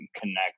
connect